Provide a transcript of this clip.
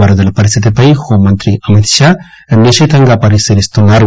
వరదల పరిస్థితిపై హోంమంత్రి అమిత్ షా నిశితంగా పరిశీలిస్తున్నారు